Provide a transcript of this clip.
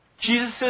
Jesus